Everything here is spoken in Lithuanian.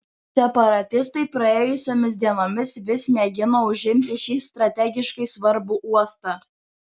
separatistai praėjusiomis dienomis vis mėgino užimti šį strategiškai svarbų uostą